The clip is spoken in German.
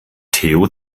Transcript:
theo